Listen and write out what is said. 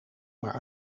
maar